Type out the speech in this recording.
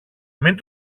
μην